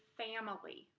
family